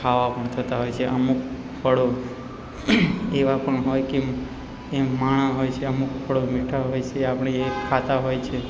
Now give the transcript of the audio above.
ખાવા પણ થતા હોય છે અમુક ફળો એવા પણ હોય કે એમ માણસ હોય છે અમુક ફળો મીઠા હોય છે આપણે એ ખાતા હોય છે